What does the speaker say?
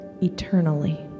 eternally